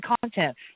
content